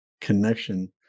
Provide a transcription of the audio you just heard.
connection